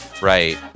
Right